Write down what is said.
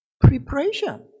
preparation